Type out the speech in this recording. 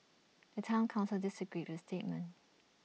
the Town Council disagreed with statement